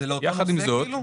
יחד עם זאת,